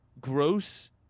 gross